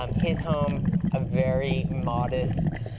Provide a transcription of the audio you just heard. um his home a very modest,